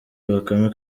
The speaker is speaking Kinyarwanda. bakame